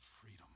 freedom